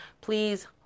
please